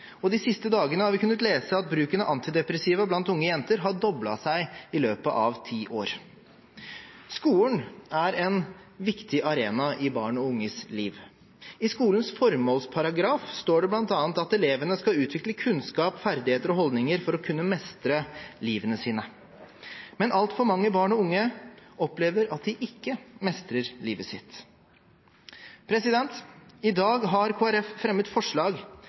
og de siste dagene har vi kunnet lese at bruken av antidepressiva blant unge jenter har doblet seg i løpet av ti år. Skolen er en viktig arena i barns og unges liv. I skolens formålsparagraf står det bl.a. at elevene skal utvikle kunnskap, ferdigheter og holdninger for å kunne mestre livene sine, men altfor mange barn og unge opplever at de ikke mestrer livet sitt. I dag har Kristelig Folkeparti fremmet forslag